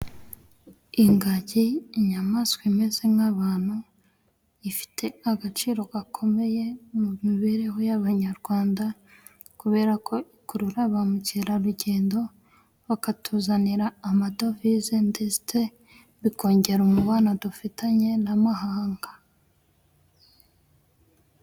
Ingagi: lnyamaswa imeze nk'abantu, ifite agaciro gakomeye mu mibereho y'abanyarwanda, kubera ko ikurura ba mukerarugendo bakatuzanira amadovize, ndetse bikongera umubano dufitanye n'amahanga.